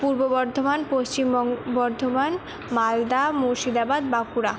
Purba Bardhaman Paschim Bardhaman Malda Murshidabad Bankura